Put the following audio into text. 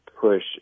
push